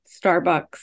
starbucks